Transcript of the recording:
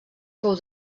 fou